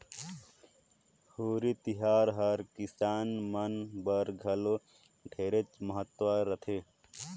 होरी तिहार हर किसान मन बर घलो ढेरे महत्ता रखथे